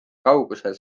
kaugusel